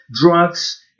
drugs